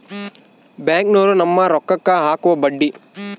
ಬ್ಯಾಂಕ್ನೋರು ನಮ್ಮ್ ರೋಕಾಕ್ಕ ಅಕುವ ಬಡ್ಡಿ